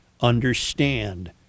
understand